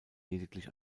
lediglich